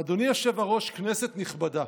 "אדוני היושב-ראש, כנסת נכבדה,